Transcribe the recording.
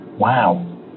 wow